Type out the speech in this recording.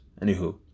Anywho